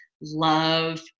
love